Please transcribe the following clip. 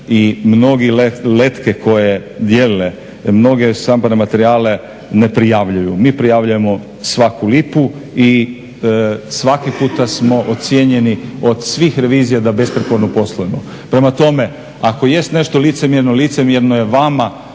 I mnogi letke koje dijele, mnoge štampane materijale ne prijavljuju. Mi prijavljujemo svaku lipu i svaki puta smo ocjenjeni od svih revizija da besprijekorno poslujemo. Prema tome, ako jest nešto licemjerno, licemjerno je vama